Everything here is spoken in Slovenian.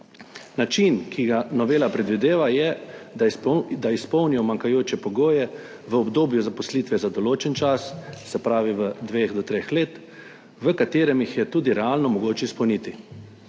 Način, ki ga novela predvideva, je, da, da izpolnijo manjkajoče pogoje v obdobju zaposlitve za določen čas, se pravi v 2 do 3 let, v katerem jih je tudi realno mogoče izpolniti.